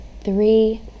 Three